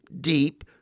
deep